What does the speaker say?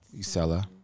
Isela